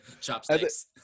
chopsticks